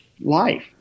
life